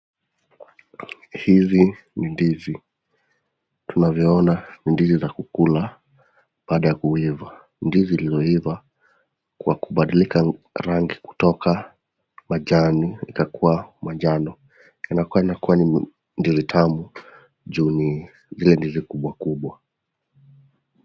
Hizi ni ndizi, tunavyoona ni ndizi za kukula baada ya kuiva. Ndizi zilizoiva kwa kubadilika rangi kutoka majani ikakua manjano, inaonekana kua ni ndizi tamu juu ni ile ndizi kubwa.